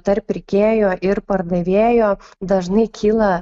tarp pirkėjo ir pardavėjo dažnai kyla